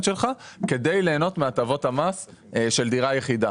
שלך כדי להנות מהטבות המס של דירה יחידה.